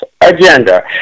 agenda